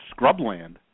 scrubland